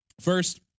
First